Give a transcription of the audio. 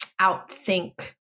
outthink